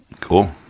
cool